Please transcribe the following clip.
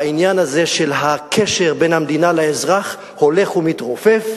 העניין הזה של הקשר בין המדינה לאזרח הולך ומתרופף,